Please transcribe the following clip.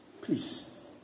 Please